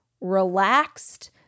relaxed